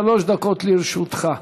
שלוש דקות לרשותך.